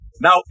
Now